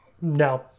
No